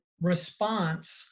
response